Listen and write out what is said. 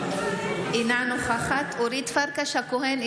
אינה נוכחת אורית פרקש הכהן,